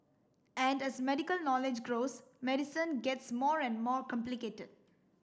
and as medical knowledge grows medicine gets more and more complicated